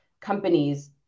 companies